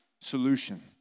solution